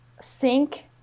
sink